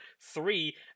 Three